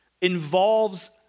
involves